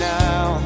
now